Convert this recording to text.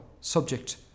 subject